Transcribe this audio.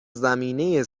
زمینه